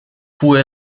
fuhr